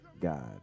God